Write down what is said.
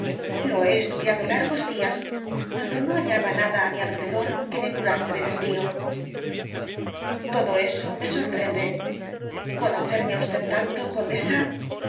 lo he estudiado largos días cuando no hallaba nada á mi alrededor que me curase del hastío todo eso me sorprende conocerme usted tanto condesa